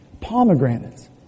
pomegranates